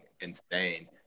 insane